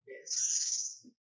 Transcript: Yes